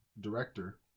director